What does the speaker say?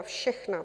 Všechna.